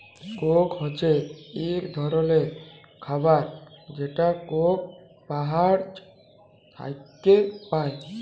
Coke হছে ইক ধরলের খাবার যেটা কোক গাহাচ থ্যাইকে পায়